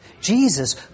Jesus